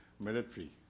Military